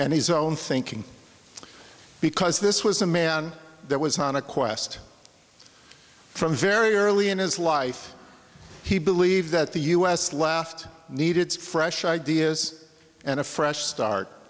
and his own thinking because this was a man that was on a quest from very early in his life he believed that the u s left needed fresh ideas and a fresh start